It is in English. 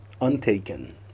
Untaken